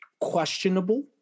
questionable